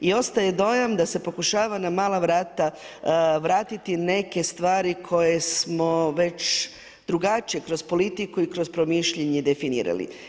I ostaje dojam da se pokušava na mala vrata vratiti neke stvari koje smo već drugačije kroz politiku i kroz promišljanje definirali.